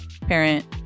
parent